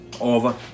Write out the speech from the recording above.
Over